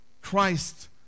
Christ